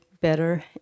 better